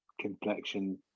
complexion